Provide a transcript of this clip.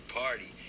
party